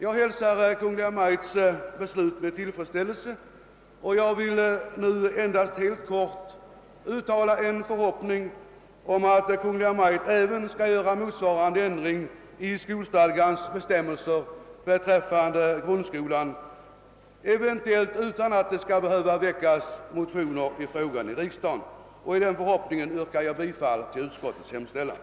Jag hälsar Kungl. Maj:ts beslut med tillfredsställelse och vill endast uttala en förhoppning att Kungl. Maj:t kommer att göra motsvarande ändring i skolstadgans bestämmelser beträffande grundskolan, eventuellt utan att motioner i frågan skall behöva väckas i riksdagen. Med denna förhoppning yrkar jag bifall till utskottets hemställan.